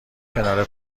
کنار